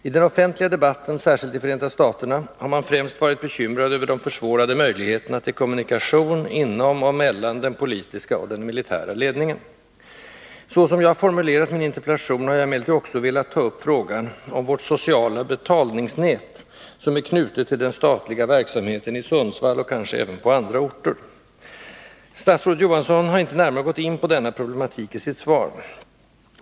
I den offentliga debatten, särskilt i Förenta staterna, har man främst varit bekymrad över de ners inverkan på datorsystem försvårade möjligheterna till kommunikation inom och mellan den politiska och den militära ledningen. Så som jag formulerat min interpellation har jag emellertid också velat ta upp frågan om vårt sociala betalningsnät, som är knutet till den statliga verksamheten i Sundsvall och kanske även på andra orter. Statsrådet Johansson har inte närmare gått in på denna problematik i sitt svar.